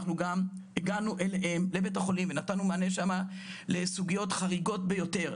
אנחנו גם הגענו אליהם לבית החולים ונתנו מענה שם לסוגיות חריגות ביותר,